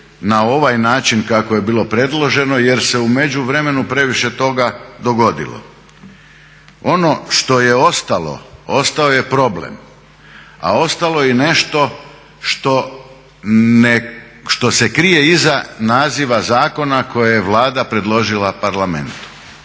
na ovaj način kako je bilo predloženo, jer se u međuvremenu previše toga dogodilo. Ono što je ostalo, ostao je problem, a ostalo je i nešto što se krije iza naziva zakona koje je Vlada predložila Parlamentu.